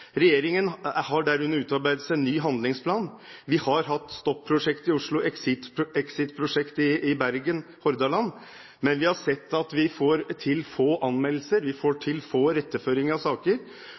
Regjeringen har der under utarbeidelse en ny handlingsplan. Vi har hatt STOP-prosjektet i Oslo, Exit Prosjektet i Bergen/Hordaland, men vi har sett at vi får til få anmeldelser, vi får